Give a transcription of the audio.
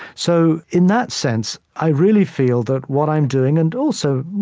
so, in that sense, i really feel that what i'm doing and also,